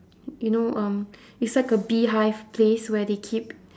you know um it's like a beehive place where they keep